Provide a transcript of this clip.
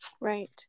Right